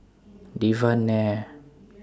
Devan Nair